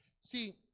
See